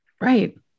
right